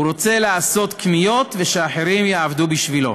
הוא רוצה לעשות קניות, ושאחרים יעבדו בשבילו.